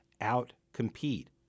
out-compete